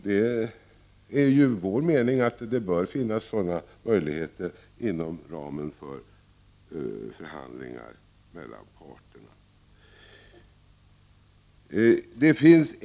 Det är ju vår mening att det bör finnas sådana möjligheter inom ramen för förhandlingar mellan parterna.